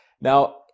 Now